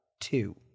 two